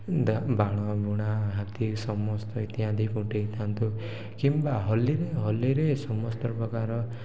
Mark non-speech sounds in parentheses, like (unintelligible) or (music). (unintelligible) ବାଣ ବୁଣା ହାତୀ ସମସ୍ତ ଇତ୍ୟାଦି ଫୁଟେଇଥାନ୍ତୁ କିମ୍ବା ହୋଲିରେ ହୋଲିରେ ସମସ୍ତ ପ୍ରକାର